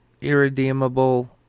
irredeemable